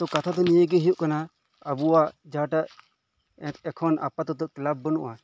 ᱛᱚ ᱠᱟᱛᱷᱟ ᱫᱚ ᱱᱤᱭᱟᱹᱜᱮ ᱦᱳᱭᱳᱜ ᱠᱟᱱᱟ ᱟᱵᱚᱣᱟᱜ ᱡᱟᱦᱟᱸᱴᱟᱜ ᱮᱠᱷᱚᱱ ᱟᱯᱟᱛᱚᱛᱚ ᱠᱮᱞᱟᱯ ᱵᱟᱱᱩᱜᱼᱟ